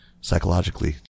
psychologically